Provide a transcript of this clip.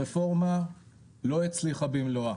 הרפורמה לא הצליחה במלואה,